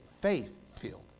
faith-filled